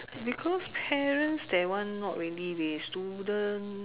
because parents that one not really leh students